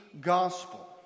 gospel